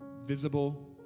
visible